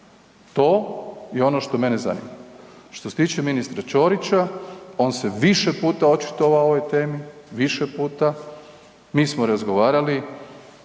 To je ono što mene zanima. Što se tiče ministra Ćorića, on se više puta očitovao o ovoj temi, više puta, mi smo razgovarali,